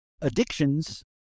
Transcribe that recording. Addictions